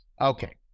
Okay